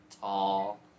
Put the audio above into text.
Tall